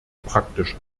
praktisch